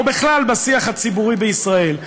או בכלל בשיח הציבורי בישראל.